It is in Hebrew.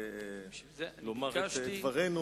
ואני רוצה לשמור עליו,